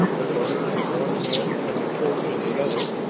the burner in one hand and the torch in the other,